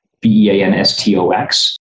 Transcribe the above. b-e-a-n-s-t-o-x